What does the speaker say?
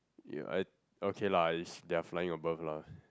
ya I okay lah is they are flying above lah